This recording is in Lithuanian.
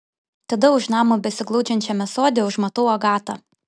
tada už namo besiglaudžiančiame sode užmatau agatą